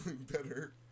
better